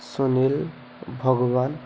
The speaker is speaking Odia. ସୁନୀଲ୍ ଭଗବାନ